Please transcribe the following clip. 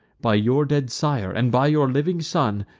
by your dead sire, and by your living son,